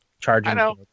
charging